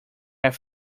have